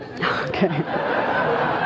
Okay